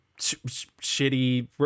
shitty